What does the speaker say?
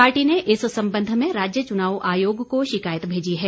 party ने इस संबंध में राज्य चुनाव आयोग को शिकायत भेजी है